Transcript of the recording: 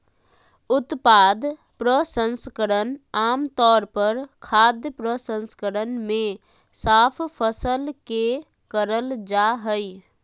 उत्पाद प्रसंस्करण आम तौर पर खाद्य प्रसंस्करण मे साफ फसल के करल जा हई